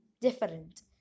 different